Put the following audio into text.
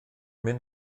mynd